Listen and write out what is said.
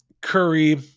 Curry